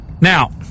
Now